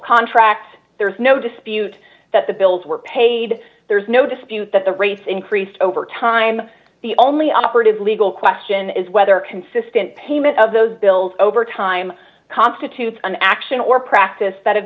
contract there's no dispute that the bills were paid there's no dispute that the rates increased over time the only operative legal question is whether consistent payment of those bills over time constitutes an action or practice that